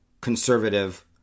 conservative